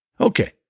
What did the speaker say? Okay